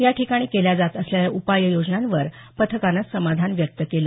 या ठिकाणी केल्या जात असलेल्या उपाययोजनांवर पथकाने समाधान व्यक्त केलं